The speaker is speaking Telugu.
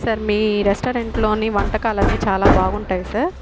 సార్ మీ రెస్టారెంట్లోని వంటకాలన్నీ చాలా బాగుంటాయి సార్